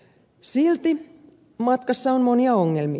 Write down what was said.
silti matkassa on monia ongelmia